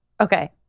Okay